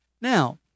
Now